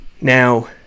now